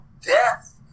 death